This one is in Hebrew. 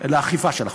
אלא אכיפה של החוק.